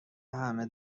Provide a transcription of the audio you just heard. همه